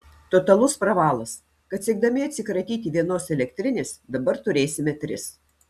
totalus pravalas kad siekdami atsikratyti vienos elektrinės dabar turėsime tris